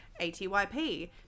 ATYP